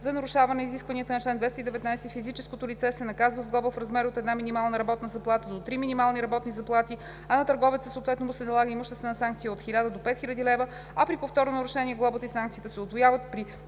За нарушаване изискванията на чл. 219 физическото лице се наказва с глоба в размер от една минимална работна заплата до три минимални работни заплати, а на търговеца съответно му се налага имуществена санкция от 1000 до 5000 лв., а при повторно нарушение глобата и санкцията се удвояват.